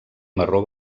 marró